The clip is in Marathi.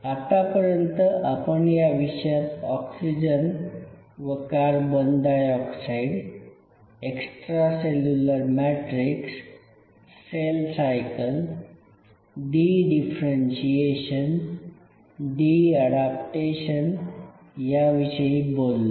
आत्तापर्यंत आपण या विषयात ऑक्सिजन व carbon dioxide extracellular matrix cell cycle the differentiation the adaptation याविषयी बोललो